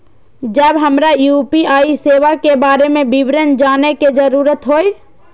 जब हमरा यू.पी.आई सेवा के बारे में विवरण जानय के जरुरत होय?